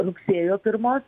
rugsėjo pirmos